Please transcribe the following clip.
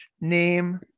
name